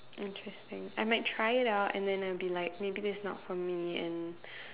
interesting I might try it out and then I will be like maybe this is not for me and